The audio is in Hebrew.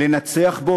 לנצח בו,